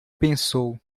pensou